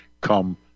come